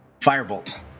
Firebolt